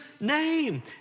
name